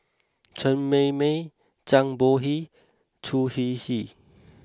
Chen Mei Mei Zhang Bohe Choo Hwee Hwee